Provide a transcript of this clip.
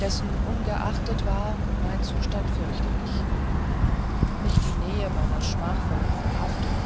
dessenungeachtet war mein zustand fürchterlich nicht die nähe meiner schmachvollen verhaftung